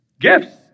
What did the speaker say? Gifts